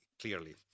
clearly